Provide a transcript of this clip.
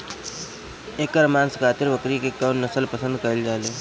एकर मांस खातिर बकरी के कौन नस्ल पसंद कईल जाले?